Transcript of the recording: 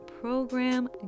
program